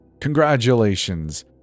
Congratulations